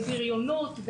בריונות,